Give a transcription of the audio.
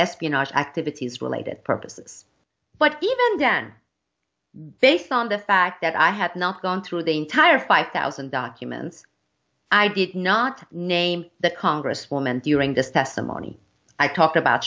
espionage activities related purposes but even then they stand the fact that i had not gone through the entire five thousand documents i did not name the congresswoman during this testimony i talk about